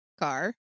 car